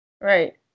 Right